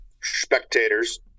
spectators